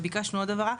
וביקשנו עוד הבהרה,